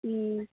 ம்